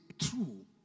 true